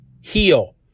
heal